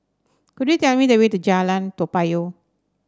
could you tell me the way to Jalan Toa Payoh